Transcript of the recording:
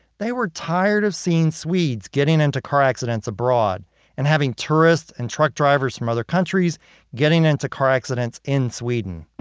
they were tired of seeing swedes getting into car accidents abroad and having tourists and truck drivers from other countries getting into car accidents in sweden.